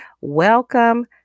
Welcome